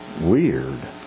weird